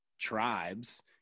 tribes